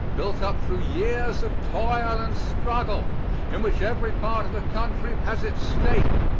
built up through years of toil and struggle in which every part of the country has its stake,